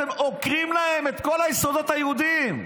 עוקרים מהם את כל היסודות היהודיים.